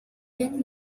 then